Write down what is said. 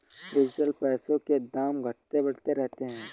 digital पैसों के दाम घटते बढ़ते रहते हैं